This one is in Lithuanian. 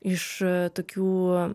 iš tokių